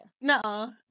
No